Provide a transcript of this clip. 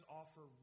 offer